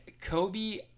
Kobe